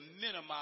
minimize